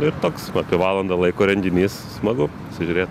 ir toks apie valandą laiko renginys smagu pasižiūrėt